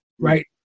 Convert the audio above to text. Right